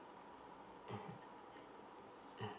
mm mm